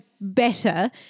better